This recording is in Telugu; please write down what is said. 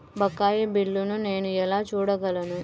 బకాయి బిల్లును నేను ఎలా చూడగలను?